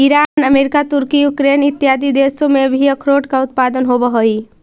Iran America तुर्की Ukraine इत्यादि देशों में भी अखरोट का उत्पादन होवअ हई